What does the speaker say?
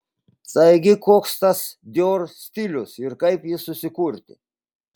taigi koks tas dior stilius ir kaip jį susikurti